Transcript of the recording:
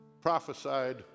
prophesied